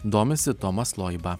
domisi tomas loiba